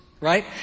right